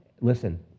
listen